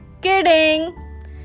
Kidding